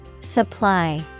Supply